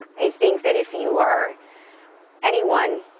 i think that if you are anyone,